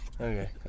Okay